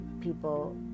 people